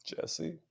Jesse